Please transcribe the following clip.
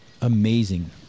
amazing